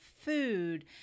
food